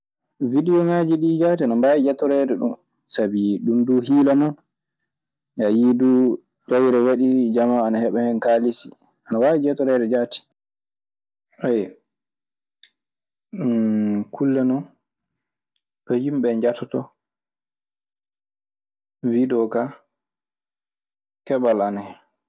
Widoŋaaji ɗii jaati ana mbaawi jatoreede ɗun sabi ɗun duu hiila non, a yi'ii duu ƴoyre waɗii, jamaa oo ana heɓan hen kaalisi. Ana waawi jatoreede jaati. Kulle non ɓe yimɓe jatotoo. Widoo kaa keɓal ana hen.